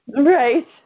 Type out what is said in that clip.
Right